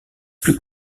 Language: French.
plus